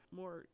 more